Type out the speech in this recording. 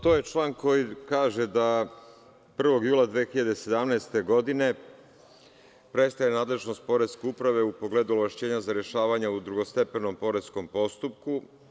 To je član koji kaže da 1. jula 2017. godine prestaje nadležnost Poreske uprave u pogledu ovlašćenja za rešavanje u drugostepenom poreskom postupku.